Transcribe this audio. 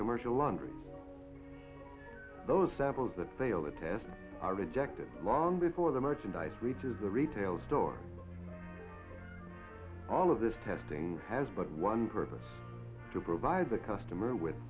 commercial under those samples that fail the test are rejected long before the merchandise reaches the retail store all of this testing has but one purpose to provide the customer with